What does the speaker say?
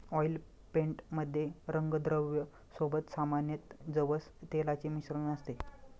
oil paint मध्ये रंगद्रव्या सोबत सामान्यतः जवस तेलाचे मिश्रण असते